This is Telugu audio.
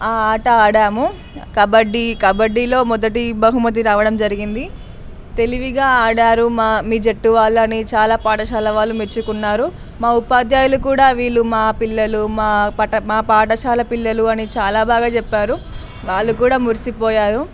ఆ ఆట ఆడాము కబడ్డీ కబడ్డీలో మొదటి బహుమతి రావడం జరిగింది తెలివిగా ఆడారు మా మీ జట్టు వాళ్ళు అని చాలా పాఠశాల వాళ్ళు మెచ్చుకున్నారు మా ఉపాధ్యాయులు కూడా వీళ్ళు మా పిల్లలు మా పాఠశాల పిల్లలు అని చాలా బాగా చెప్పారు వాళ్ళు కూడా మురిసిపోయారు